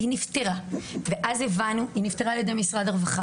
היא נפתרה על ידי משרד הרווחה.